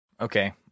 Okay